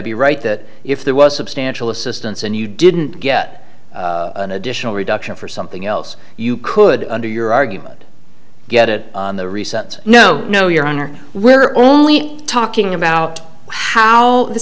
be right that if there was substantial assistance and you didn't get an additional reduction for something else you could under your argument get it in the recent no no your honor we're only talking about how the